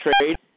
trade